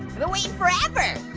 been waiting forever.